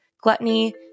gluttony